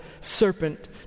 serpent